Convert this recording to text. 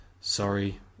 Sorry